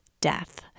death